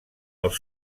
els